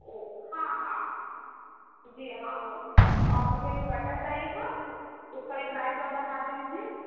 او ہاں ہاں جی ہاں وہ اور مجھے دوپٹہ چاہیے تھا اس کا بھی پرائز آپ بتا دیں مجھے